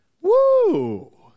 Woo